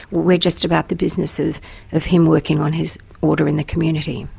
we're just about the business of of him working on his order in the community.